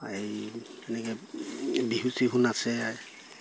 এই এনেকে বিহু চিহু নাছে